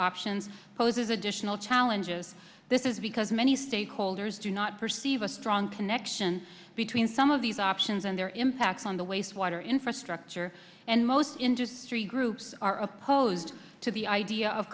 options poses additional challenges this is because many stakeholders do not perceive a strong connection between some of these options and their impact on the wastewater in for structure and most industry groups are opposed to the idea of